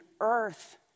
earth